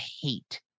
hate